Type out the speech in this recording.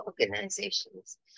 organizations